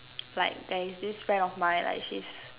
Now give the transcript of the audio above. like there is this friend of mine like she's